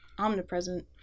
omnipresent